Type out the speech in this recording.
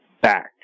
back